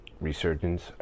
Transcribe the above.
resurgence